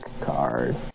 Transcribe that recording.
card